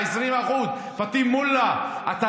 ה-20% יש לך אחרי זה שלוש דקות.